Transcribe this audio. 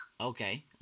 Okay